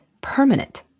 permanent